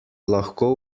lahko